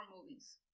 movies